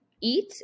Eat